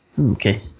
Okay